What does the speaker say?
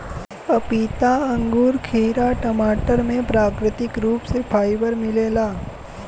पपीता अंगूर खीरा टमाटर में प्राकृतिक रूप से फाइबर मिलेला